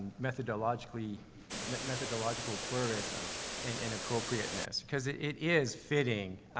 methodologically, me methodological pluralism an and appropriateness. cause it it is fitting,